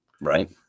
Right